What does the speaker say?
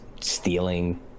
stealing